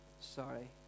Sorry